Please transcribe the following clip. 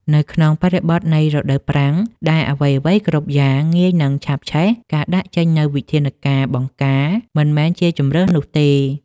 នៅក្នុងបរិបទនៃរដូវប្រាំងដែលអ្វីៗគ្រប់យ៉ាងងាយនឹងឆាបឆេះ ការដាក់ចេញនូវវិធានការបង្ការមិនមែនជាជម្រើសនោះទេ។